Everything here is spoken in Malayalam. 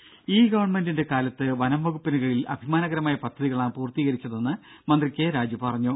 രും ഈ ഗവൺമെന്റിന്റെ കാലത്ത് വനംവകുപ്പിന് കീഴിൽ അഭിമാനകരമായ പദ്ധതികളാണ് പൂർത്തീകരിച്ചതെന്ന് മന്ത്രി കെ രാജു പറഞ്ഞു